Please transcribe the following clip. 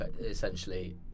essentially